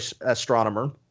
astronomer